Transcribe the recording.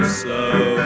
slow